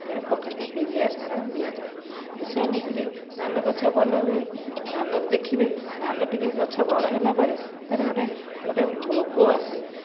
ପିଡ଼ିଆ ସାର ଦିଆଯାଏ ଏସବୁ ଦେଲେ ଭଲ ଗଛ ଭଲ ହୁଏ ଧାନଟିକୁ ଦେଖିବେ ଗଛ ବଡ଼ ହେଲାପରେ ତା'ର ଗୋଟିଏ ରୋଗଆସେ